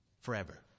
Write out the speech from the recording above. forever